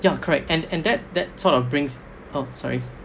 ya correct and and that that sort of brings oh sorry